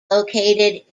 located